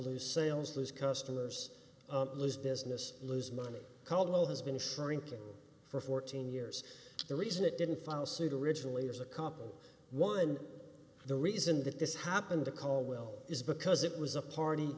lose sales lose customers lose business lose money call has been shrinking for fourteen years the reason it didn't follow suit originally as a couple one the reason that this happened to call will is because it was a party